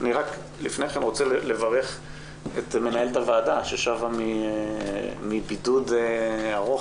אני רק לפני כן רוצה לברך את מנהלת הוועדה ששבה מבידוד ארוך,